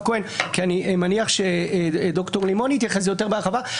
כהן כי אני מניח שד"ר לימון יתייחס יותר בהרחבה,